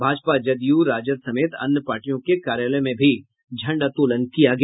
भाजपा जदयू राजद समेत अन्य पार्टियों के कार्यालय में भी झंडोतोलन किया गया